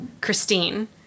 Christine